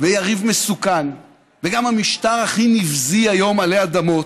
ויריב מסוכן, וגם המשטר הכי נבזי היום עלי אדמות.